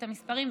את המספרים,